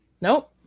Nope